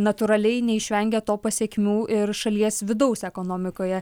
natūraliai neišvengia to pasekmių ir šalies vidaus ekonomikoje